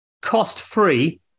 cost-free